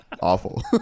awful